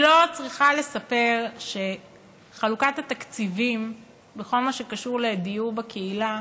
אני לא צריכה לספר שחלוקת התקציבים בכל מה שקשור לדיור בקהילה